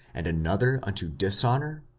and another unto dishonour?